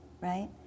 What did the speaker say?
right